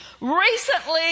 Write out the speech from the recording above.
Recently